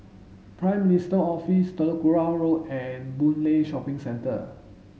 Prime Minister's Office Telok Kurau Road and Boon Lay Shopping Centre